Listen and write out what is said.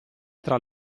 tra